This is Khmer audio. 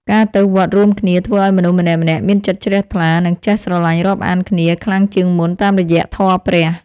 ការទៅវត្តរួមគ្នាធ្វើឱ្យមនុស្សម្នាក់ៗមានចិត្តជ្រះថ្លា និងចេះស្រឡាញ់រាប់អានគ្នាខ្លាំងជាងមុនតាមរយៈធម៌ព្រះ។